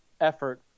effort